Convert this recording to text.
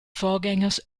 vorgängers